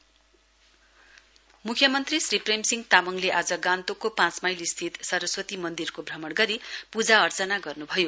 CM म्ख्यमन्त्री श्री प्रेमसिंह तामडले आज गान्तोकको पाँच माईल स्थित सरस्वती मन्दिर भ्रमण गरी पूजा अर्चना गर्न्भयो